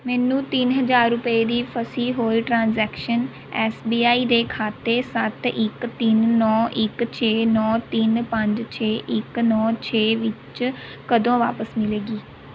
ਮੈਨੂੰ ਤਿੰਨ ਹਜ਼ਾਰ ਰੁਪਏ ਦੀ ਫਸੀ ਹੋਈ ਟ੍ਰਾਂਜੈਕਸ਼ਨ ਐੱਸ ਬੀ ਆਈ ਦੇ ਖਾਤੇ ਸੱਤ ਇੱਕ ਤਿੰਨ ਨੌ ਇੱਕ ਛੇ ਨੌ ਤਿੰਨ ਪੰਜ ਛੇ ਇੱਕ ਨੌ ਛੇ ਵਿੱਚ ਕਦੋਂ ਵਾਪਸ ਮਿਲੇਗੀ